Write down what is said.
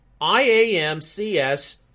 IAMCS